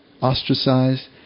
ostracized